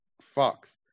Fox